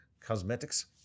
Cosmetics